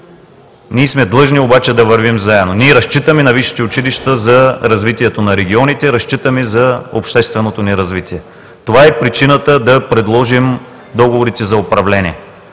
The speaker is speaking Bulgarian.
Ние сме длъжни обаче да вървим заедно. Ние разчитаме на висшите училища за развитието на регионите, разчитаме за общественото ни развитие. Това е причината да предложим договорите за управление.